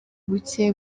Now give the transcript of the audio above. bucye